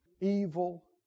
evil